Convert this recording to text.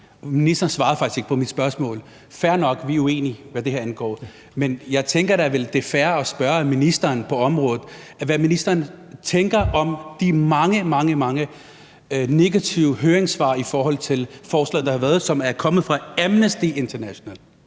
Ministeren svarede faktisk ikke på mit spørgsmål. Fair nok, vi er uenige, hvad det her angår. Men jeg tænker bare, at det er fair at spørge ministeren på området, hvad ministeren tænker om de mange, mange negative høringssvar til forslaget, der er kommet fra Amnesty International,